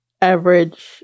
average